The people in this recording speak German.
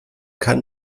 kann